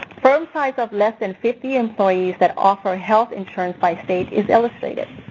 firm size of less than fifty employees that offer health insurance by state is illustrated.